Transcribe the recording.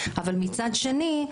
אבל מצד שני,